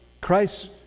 Christ